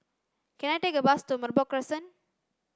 can I take a bus to Merbok Crescent